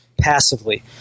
passively